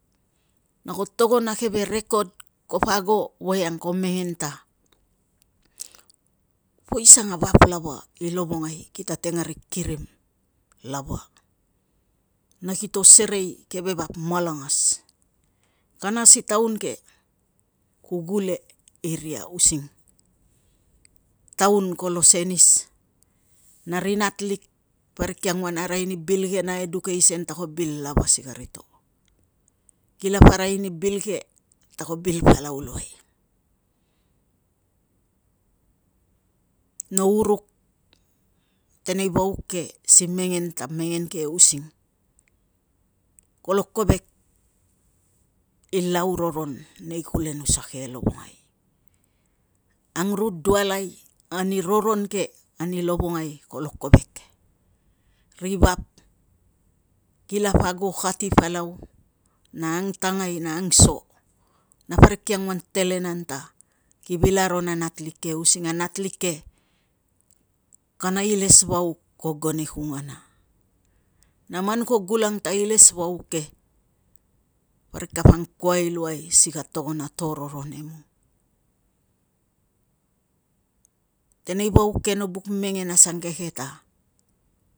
Na ko togon a keve recod kopo ago, voiang ko mengen ta poisan a vap lava i lovongai kita teng ari kirim lava na kito serei keve vap malangas. Kana si taun ke ku gule iria using tauun kolo senis na ri natlik parik kia ngon arai ni bil ke na edukeisen ta ko bil lava si kari to. Kilapa arai ni bil ke ta ko bil palau luai. No uruk tenei vauk ke si mengen ta mengen ke using kolo kovek i lau roron nei kulensua ke e lovongai. Angrudualai ani roron ke ani lovongai kolo kove, ri vap kilapa ago kati palau na, angtangai, na angso, na parik kia angon telan an ta ki vil aro na natlik ke using a natik ke kana ilesvauk ko gon e kungana. Na man kulo gulang ta ilesvauk ke parik kapa angkuai luai si ka togon a to roron emung. Tenei vauk ke no buk mengen asangeke ta